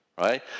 right